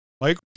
Mike